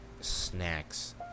snacks